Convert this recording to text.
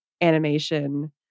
animation